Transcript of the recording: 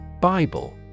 Bible